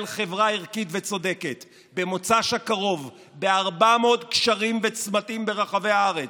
חברה ערכית וצודקת במוצ"ש הקרוב ב-400 גשרים וצמתים ברחבי הארץ.